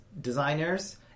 designers